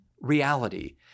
reality